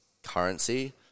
currency